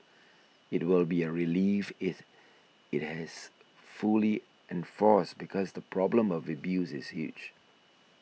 it will be a relief if it has fully enforced because the problem of abuse is huge